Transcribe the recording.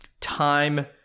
time